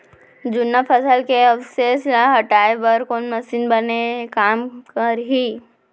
जुन्ना फसल के अवशेष ला हटाए बर कोन मशीन बने काम करही?